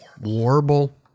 Warble